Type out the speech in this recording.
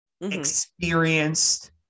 experienced